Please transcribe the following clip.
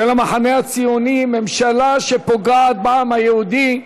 המחנה הציוני: ממשלה שפוגעת בעם היהודי.